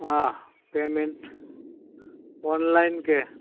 હા payment online કે